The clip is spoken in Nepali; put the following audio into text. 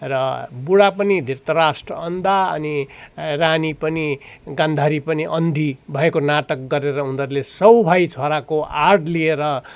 र बुढा पनि धृतराष्ट्र अन्धा अनि रानी पनि गान्धारी पनि अन्धी भएको नाटक गरेर उनीहरूले सय भाइ छोराको आड लिएर